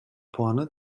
puanı